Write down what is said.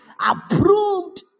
approved